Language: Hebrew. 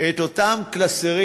את אותם קלסרים